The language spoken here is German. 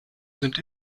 sind